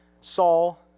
Saul